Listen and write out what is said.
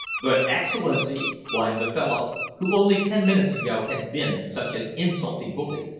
but, excellency, whined the fellow who only ten minutes ago had been such an insulting bully,